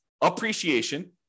appreciation